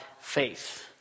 faith